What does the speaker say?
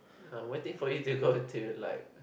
I'm waiting for you to go to like